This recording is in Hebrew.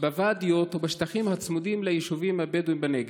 בוואדיות ובשטחים הצמודים ליישובים הבדואיים בנגב.